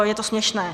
Je to směšné.